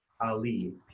Ali